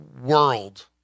world